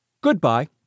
Goodbye